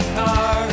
car